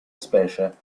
specie